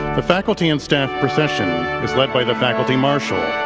the faculty and staff procession is led by the faculty marshal,